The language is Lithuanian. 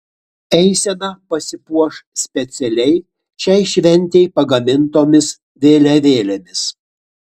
eisena pasipuoš specialiai šiai šventei pagamintomis vėliavėlėmis